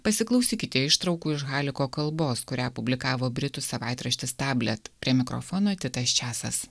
pasiklausykite ištraukų iš haliko kalbos kurią publikavo britų savaitraštis tablet prie mikrofono titas česas